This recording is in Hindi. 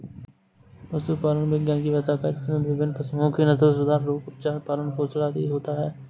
पशुपालन विज्ञान की वह शाखा है जिसमें विभिन्न पशुओं के नस्लसुधार, रोग, उपचार, पालन पोषण आदि होता है